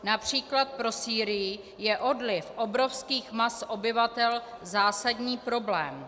Například pro Sýrii je odliv obrovských mas obyvatel zásadní problém.